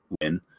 win